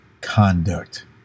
conduct